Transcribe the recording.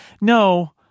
no